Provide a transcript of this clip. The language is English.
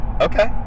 Okay